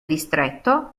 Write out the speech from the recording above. distretto